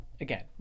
again